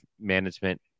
management